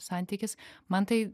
santykis man tai